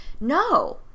No